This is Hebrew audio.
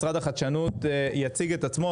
משרד החדשנות יציג את עצמו,